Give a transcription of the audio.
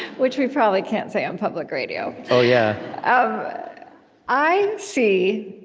which we probably can't say on public radio. so yeah um i see,